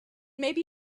maybe